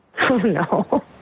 No